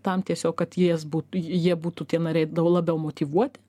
tam tiesiog kad jės būtų jie būtų tie nariai daug labiau motyvuoti